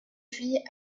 fille